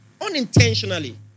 unintentionally